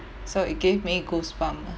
so it gave me goosebump lah